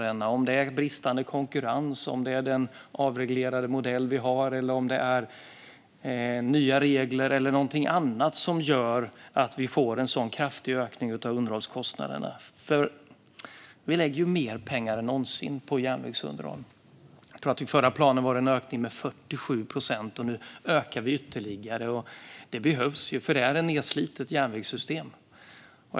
Det handlar om ifall det är bristande konkurrens, den avreglerade modell vi har, nya regler eller någonting annat som gör att vi får en sådan kraftig ökning av underhållskostnaderna. Vi lägger mer pengar än någonsin på järnvägsunderhåll. Jag tror att det i den förra planen var en ökning med 47 procent, och nu ökar vi ytterligare. Det behövs, för det är ett nedslitet järnvägssystem. Fru talman!